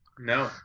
No